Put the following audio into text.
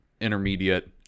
intermediate